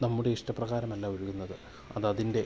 നമ്മുടെ ഇഷ്ടപ്രകാരമല്ല ഒഴുകുന്നത് അത് അതിന്റെ